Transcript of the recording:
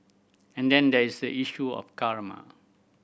and then there is the issue of